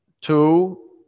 Two